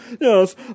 Yes